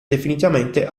definitivamente